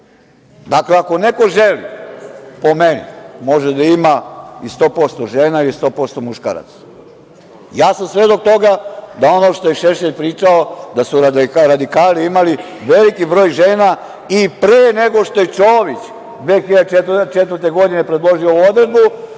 Dakle, ako neko želi, po meni, može da ima i 100% žena i 100% muškaraca. Ja sam svedok toga da ono što je Šešelj pričao, da su radikali imali veliki broj žena i pre nego što je Čović 2004. godine predložio ovu odredbu,